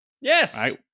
Yes